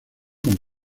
con